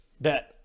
bet